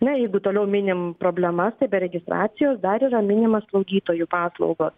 na jeigu toliau minim problemas tai be registracijos dar yra minima slaugytojų paslaugos